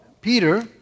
Peter